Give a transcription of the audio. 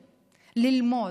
ללמוד,